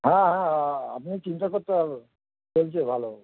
হ্যাঁ হ্যাঁ আপনার চিন্তা করতে হবে না চলছে ভালো